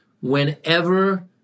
whenever